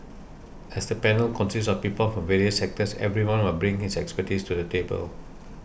as the panel consists of people from various sectors everyone will bring his expertise to the table